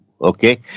Okay